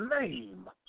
name